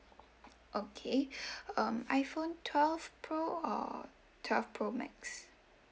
okay how um iphone twelve pro or twelve pro max